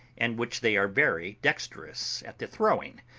and which they are very dexterous at the throwing,